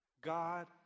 God